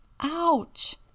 Ouch